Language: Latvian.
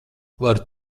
varu